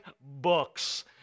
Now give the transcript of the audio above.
books